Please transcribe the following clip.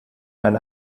eine